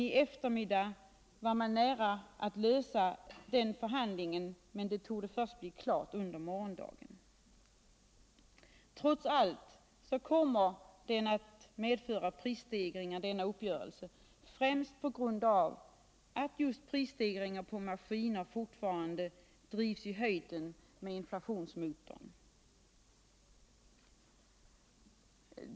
I eftermiddag var man nära att avsluta den förhandlingen, men det torde bli klart först under morgondagen. Denna uppgörelse kommer trots allt att medföra prisstegringar på grund av att priserna på maskiner fortfarande drivs i höjden med intlationsmotorn.